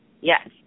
Yes